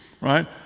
right